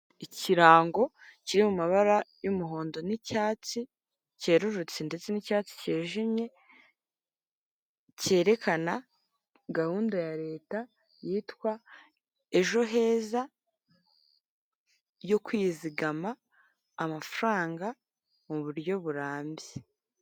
Ikirango kiri mu mabara y'umuhondo y'icyatsi kererutse ndetse n'icyatsi kijimye kerekana gahunda ya leta yitwa ejo heza yo kwizigama amafaranga mu buryo burambye.